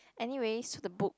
anyways so the book